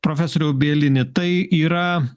profesoriau bielini tai yra